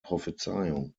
prophezeiung